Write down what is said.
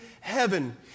heaven